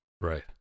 Right